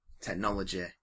technology